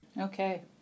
Okay